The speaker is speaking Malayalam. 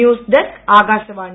news desk Akashvani